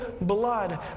blood